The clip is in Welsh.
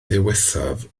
ddiwethaf